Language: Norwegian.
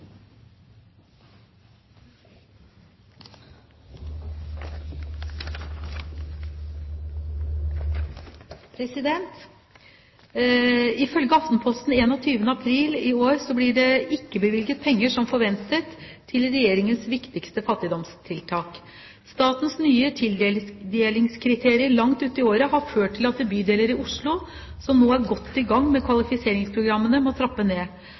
Regjeringens viktigste fattigdomstiltak. Statens nye tildelingskriterier langt ut i året har ført til at bydeler i Oslo, som nå er godt i gang med kvalifiseringsprogrammene, må trappe ned.